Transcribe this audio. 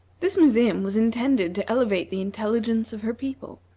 this museum was intended to elevate the intelligence of her people,